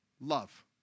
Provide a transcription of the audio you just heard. love